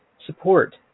support